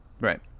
Right